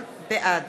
בעד